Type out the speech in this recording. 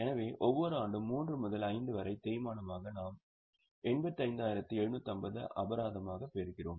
எனவே ஒவ்வொரு ஆண்டும் 3 முதல் 5 வரை தேய்மானமாக நாம் 85750 அபராதமாக பெறுகிறோம்